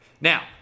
Now